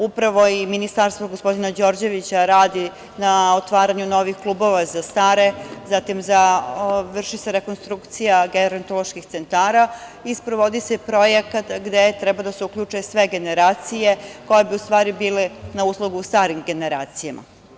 Upravo i Ministarstvo gospodina Đorđevića radi na otvaranju novih klubova za stare, zatim vrši se rekonstrukcija gerontoloških centara i sprovodi se projekat gde treba da se uključe sve generacije koje bi bile na usluzi starim generacijama.